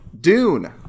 dune